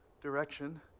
direction